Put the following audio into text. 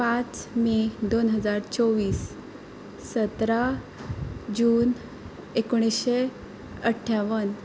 पांच मे दोन हजार चोवीस सतरा जून एकुणीशें अठ्ठ्यावन